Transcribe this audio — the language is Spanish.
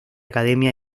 academia